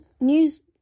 news